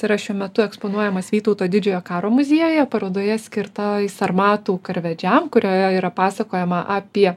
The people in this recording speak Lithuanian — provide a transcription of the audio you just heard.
yra šiuo metu eksponuojamas vytauto didžiojo karo muziejuje parodoje skirtoj sarmatų karvedžiam kurioje yra pasakojama apie